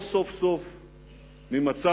מפני שההנהגה הפלסטינית פשוט לא היתה